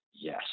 yes